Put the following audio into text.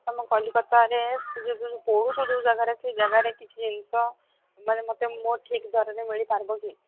ତୁମ କଲିକତାରେ ଯେଉଁ ପଢ଼ୁଛ ଯୋଉ ଜାଗାରେ ସେଇ ଜାଗାରେ କିଛି ଜିନିଷ ମାନେ ମୋତେ ମୋ ଠିକ୍ ଦରରେ ମିଳିପାରିବ କି